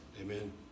Amen